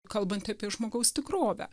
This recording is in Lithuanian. kalbanti apie žmogaus tikrovę